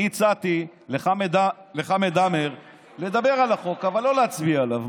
אני הצעתי לחמד עמאר לדבר על החוק אבל לא להצביע עליו.